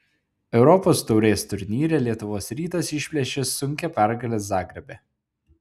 europos taurės turnyre lietuvos rytas išplėšė sunkią pergalę zagrebe